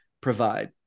provide